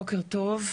בוקר טוב.